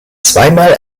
zweimal